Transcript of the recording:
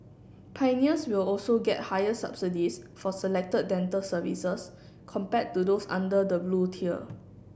pioneers will also get higher subsidies for selected dental services compared to those under the Blue tier